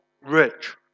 rich